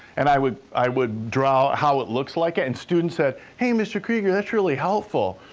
and i would i would draw how it looks like it, and students said, hey, mr. krieger, that's really helpful.